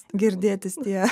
girdėtis tie